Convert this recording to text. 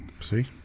See